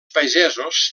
pagesos